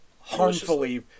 harmfully